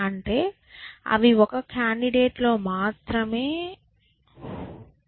అంటే అవి ఒక కాండిడేట్ లో మాత్రమే ఉంటారు